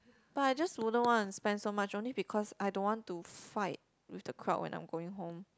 but I just wouldn't want to spend so much only because I don't want to fight with the crowd when I'm going home